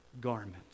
garment